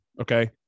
okay